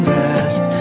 rest